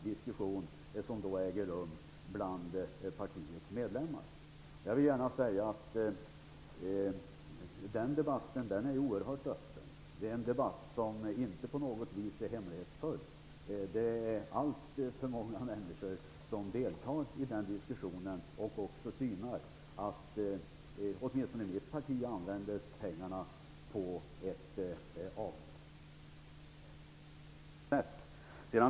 Diskussionen är inte på något sätt hemlighetsfull, utan den är oerhört öppen. Det är alltför många människor som deltar i diskussionen och som synar att partiet använder pengarna på avsett sätt.